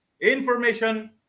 information